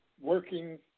working